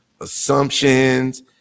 assumptions